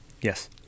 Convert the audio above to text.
Yes